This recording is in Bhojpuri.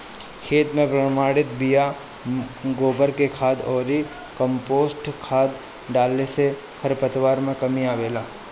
खेत में प्रमाणित बिया, गोबर के खाद अउरी कम्पोस्ट खाद डालला से खरपतवार में कमी आवेला